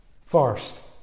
First